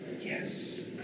Yes